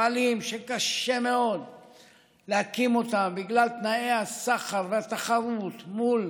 מפעלים שקשה מאוד להקים אותם בגלל תנאי הסחר והתחרות מול